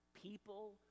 People